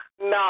No